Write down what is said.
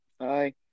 Hi